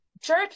church